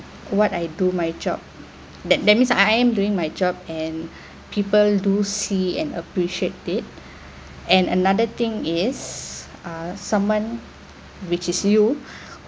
what I do my job that that means I am doing my job and people do see and appreciate it and another thing is ah someone which is you